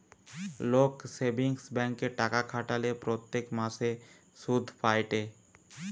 লোক সেভিংস ব্যাঙ্কে টাকা খাটালে প্রত্যেক মাসে সুধ পায়েটে